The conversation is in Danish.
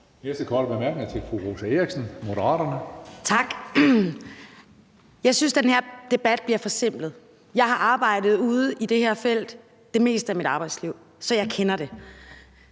Jeg synes, den her debat bliver forsimplet. Jeg har arbejdet ude i det her felt det meste af mit arbejdsliv, så jeg kender det.